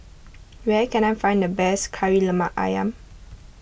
where can I find the best Kari Lemak Ayam